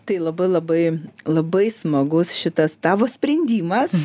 tai labai labai labai smagus šitas tavo sprendimas